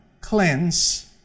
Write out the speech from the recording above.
cleanse